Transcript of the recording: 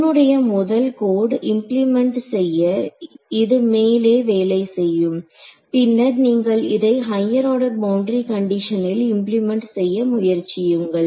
உன்னுடைய முதல் code implement செய்ய இது மேலே வேலை செய்யும் பின்னர் நீங்கள் இதை ஹையர் ஆர்டர் பவுண்டரி கண்டிஷனில் இம்பிளிமெண்ட் செய்ய முயற்சியுங்கள்